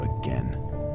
again